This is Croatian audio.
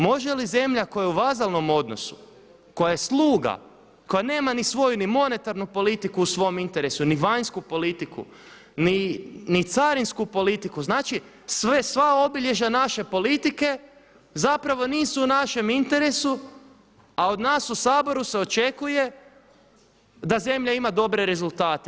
Može li zemlja koja je u vazalnom odnosu, koja je sluga, koja nema ni svoju ni monetarnu politiku u svom interesu, ni vanjsku politiku, ni carinsku politiku, znači sva obilježja naše politike zapravo nisu u našem interesu a od nas u Saboru se očekuje da zemlja ima dobre rezultate.